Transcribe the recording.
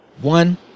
one